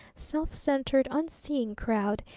self-centered, unseeing crowd,